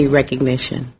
recognition